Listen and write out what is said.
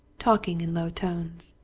talking in low tones.